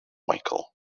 michael